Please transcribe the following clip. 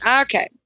Okay